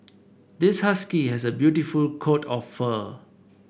this husky has a beautiful coat of fur